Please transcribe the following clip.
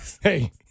Hey